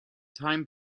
time